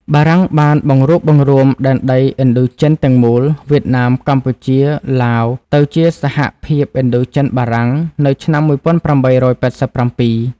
បារាំងបានបង្រួបបង្រួមដែនដីឥណ្ឌូចិនទាំងមូល វៀតណាម កម្ពុជា ឡាវ ទៅជា សហភាពឥណ្ឌូចិនបារាំង នៅឆ្នាំ ១៨៨៧។